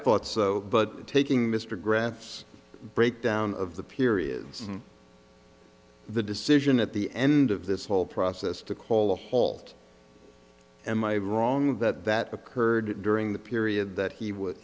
thought so but taking mr grant's breakdown of the periods and the decision at the end of this whole process to call a halt and my wrong that that occurred during the period that he would